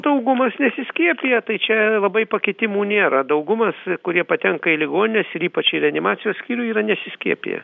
daugumas nesiskiepija tai čia labai pakitimų nėra daugumas kurie patenka į ligonines ir ypač į reanimacijos skyrių yra nesiskiepiję